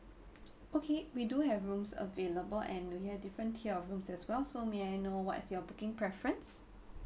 okay we do have rooms available and we have different tier of rooms as well so may I know what is your booking preference